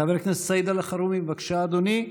חבר הכנסת סעיד אלחרומי, בבקשה, אדוני.